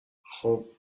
خوب